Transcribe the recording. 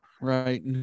right